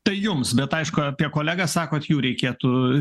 tai jums bet aišku apie kolegą sakot jų reikėtų